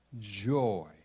joy